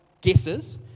guesses